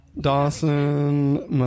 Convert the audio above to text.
Dawson